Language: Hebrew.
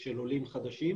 של עולים חדשים,